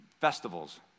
festivals